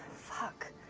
fuck.